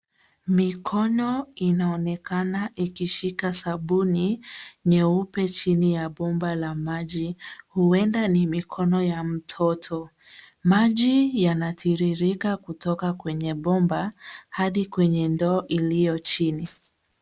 Mikono inaonekana ikishika sabuni nyeupe chini ya bomba la maji, huenda ni mikono ya mtoto. Maji yanatiririka kutoka kwenye bomba hadi kwenye ndoo iliyo chini.